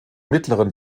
mittleren